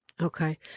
Okay